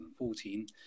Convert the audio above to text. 2014